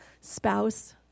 spouse